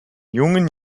jungen